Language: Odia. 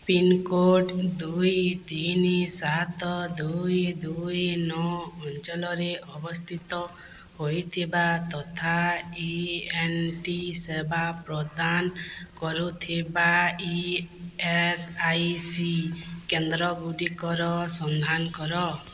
ପିନ୍କୋଡ଼୍ ଦୁଇ ତିନି ସାତ ଦୁଇ ଦୁଇ ନଅ ଅଞ୍ଚଳରେ ଅବସ୍ଥିତ ହୋଇଥିବା ତଥା ଇ ଏନ୍ ଟି ସେବା ପ୍ରଦାନ କରୁଥିବା ଇ ଏସ୍ ଆଇ ସି କେନ୍ଦ୍ର ଗୁଡ଼ିକର ସନ୍ଧାନ କର